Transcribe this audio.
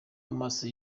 amaso